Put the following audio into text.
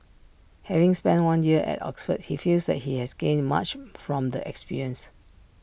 having spent one year at Oxford he feels that he has gained much from the experience